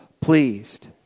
pleased